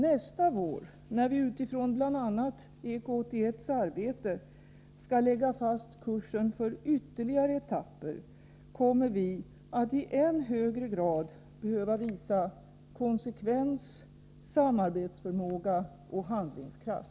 Nästa vår, när vi utifrån bl.a. EK 81:s arbete skall lägga fast kursen för ytterligare etapper, kommer vi att i än högre grad behöva visa konsekvens, samarbetsförmåga och handlingskraft.